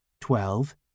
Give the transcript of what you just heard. Twelve